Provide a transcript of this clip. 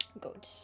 good